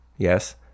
yes